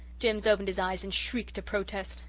jims opened his eyes and shrieked a protest.